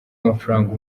mafaranga